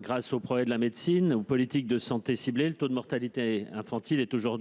Grâce aux progrès de la médecine et à une politique de santé ciblée, le taux de mortalité infantile est, à l'heure